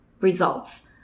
results